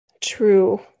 true